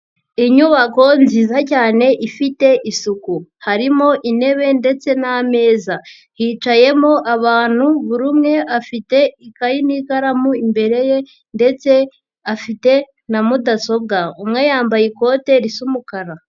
Inyubako nziza cyane ifite isuku. Harimo intebe ndetse n'ameza. Hicayemo abantu buri umwe afite ikayi n'ikaramu imbere ye ndetse afite na mudasobwa. Umwe yambaye ikote risa umukara.